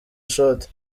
ishoti